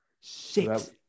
Six